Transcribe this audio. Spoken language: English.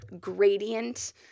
gradient